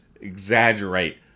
exaggerate